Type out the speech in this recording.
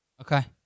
Okay